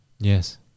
Yes